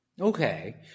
Okay